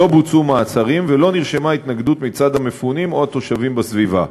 לא בוצעו מעצרים ולא נרשמה התנגדות מצד המפונים או מצד התושבים בסביבה.